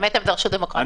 באמת הם דרשו דמוקרטיה.